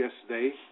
yesterday